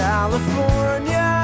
California